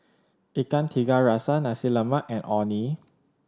Ikan Tiga Rasa Nasi Lemak and Orh Nee